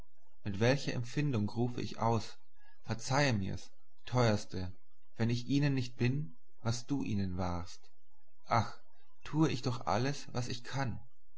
mit welcher empfindung rufe ich aus verzeihe mir's teuerste wenn ich ihnen nicht bin was du ihnen warst ach tue ich doch alles was ich kann